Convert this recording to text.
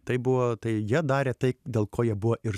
tai buvo tai jie darė tai dėl ko jie buvo ir